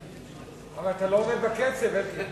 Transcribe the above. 16),